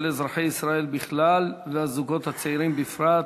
אזרחי ישראל בכלל והזוגות הצעירים בפרט.